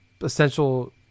essential